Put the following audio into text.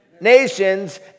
nations